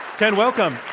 ken, welcome.